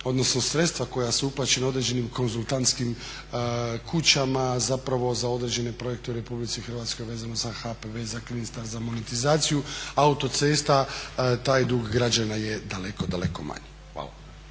odnosno sredstva koja su uplaćena određenim konzultantskim kućama za određene projekte u RH vezano za HPV, za Clean Star za monetizaciju autocesta, taj dug građana je daleko, daleko manji. Hvala.